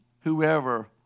whoever